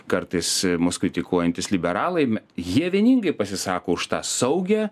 kartais mus kritikuojantys liberalai jie vieningai pasisako už tą saugią